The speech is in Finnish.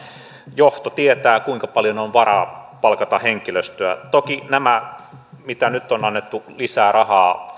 johto tietää kuinka paljon on varaa palkata henkilöstöä toki nämä mitä nyt on annettu lisää rahaa